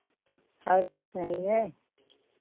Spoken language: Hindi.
और कुछ नहीं है